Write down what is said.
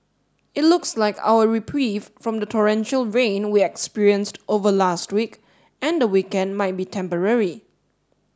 it looks like our reprieve from the torrential rain we experienced over last week and the weekend might be temporary